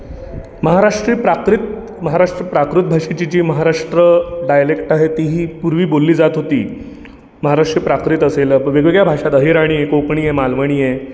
महाराष्ट्र प्राकृत महाराष्ट्र प्राकृत भाषेची जी महाराष्ट्र डायलेक्ट आहे तीही पूर्वी बोलली जात होती महाराष्ट्र प्राकृत असेल वेगवेगळ्या भाषा अहिराणी कोकणी आहे मालवणीये